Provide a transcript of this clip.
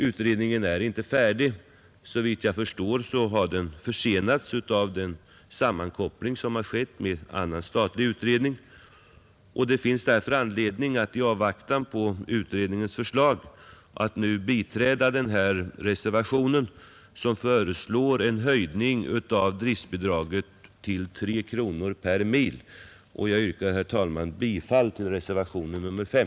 Utredningen är inte färdig — såvitt jag förstår har den försenats av den sammankoppling som har skett med en annan statlig utredning. Det finns därför anledning att i avvaktan på utredningens förslag nu biträda denna reservation, som föreslår en höjning av driftbidraget till 3 kronor per mil. Jag yrkar, herr talman, bifall till reservationen 5.